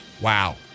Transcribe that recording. Wow